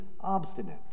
obstinate